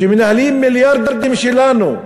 שמנהלים מיליארדים שלנו,